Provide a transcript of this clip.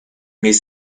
met